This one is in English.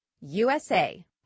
USA